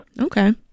Okay